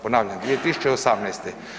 Ponavljam 2018.